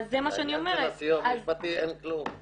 לעניין של הסיוע המשפטי אין כלום.